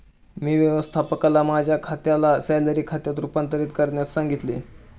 मी व्यवस्थापकाला माझ्या खात्याला सॅलरी खात्यात रूपांतरित करण्यास सांगितले